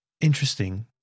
interesting